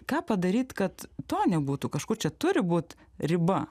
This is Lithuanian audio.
ką padaryt kad to nebūtų kažkur čia turi būt riba